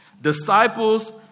Disciples